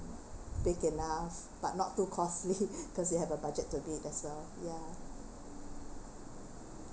big enough but not too costly cause we have a budget to be as well